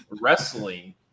wrestling